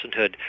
personhood